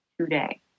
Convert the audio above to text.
today